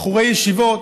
בחורי ישיבות,